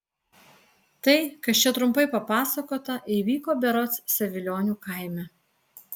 tai kas čia trumpai papasakota įvyko berods savilionių kaime